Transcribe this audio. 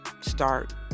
start